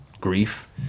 grief